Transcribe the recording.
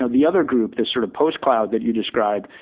ah the other group, the sort of post-cloud that you described,